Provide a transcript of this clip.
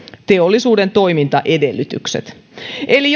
teollisuuden toimintaedellytykset eli